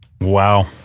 wow